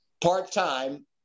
Part-time